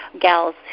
gals